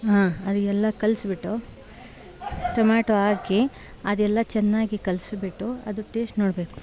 ಹಾಂ ಅದು ಎಲ್ಲ ಕಲಿಸ್ಬಿಟ್ಟು ಟೊಮ್ಯಾಟೊ ಹಾಕಿ ಅದೆಲ್ಲ ಚೆನ್ನಾಗಿ ಕಲಿಸ್ಬಿಟ್ಟು ಅದು ಟೇಶ್ಟ್ ನೋಡಬೇಕು